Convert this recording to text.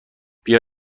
بیا